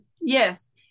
Yes